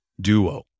duo